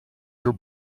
your